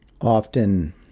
often